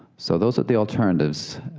so those are the alternatives.